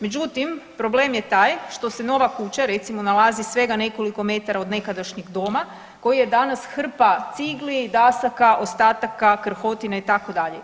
Međutim, problem je taj što se nova kuća recimo nalazi svega nekoliko metara od nekadašnjeg doma koji je danas hrpa cigli, dasaka, ostataka, krhotina itd.